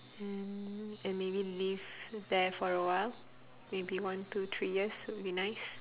mm and maybe live there for awhile maybe one two three years would be nice